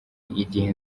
igihe